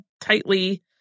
tightly